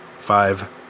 Five